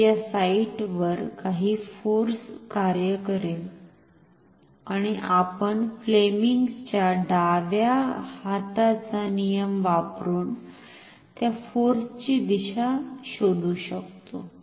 तर या साइटवर काही फोर्स कार्य करेल आणि आपण फ्लेमिंगच्या डाव्या हाताचा नियम वापरुन त्या फोर्सची दिशा शोधू शकतो